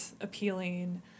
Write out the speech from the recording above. appealing